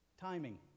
timing